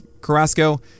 Carrasco